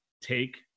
take